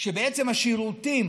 שבעצם השירותים